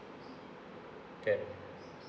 can